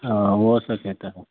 आ ओहो सबके तऽ होएत